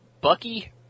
Bucky